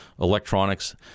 electronics